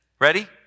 Ready